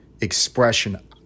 expression